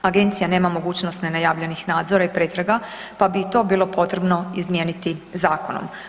Agencija nema mogućnost nenajavljenih nadzora i pretraga pa bi i to bilo potrebno izmijeniti zakonom.